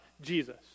Jesus